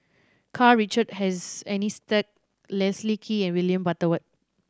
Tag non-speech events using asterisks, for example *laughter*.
Karl Richard *unintelligible* Leslie Kee and William Butterworth